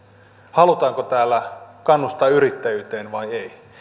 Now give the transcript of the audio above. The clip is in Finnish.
halutaanko täällä kannustaa yrittäjyyteen vai ei